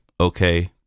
Okay